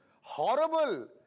horrible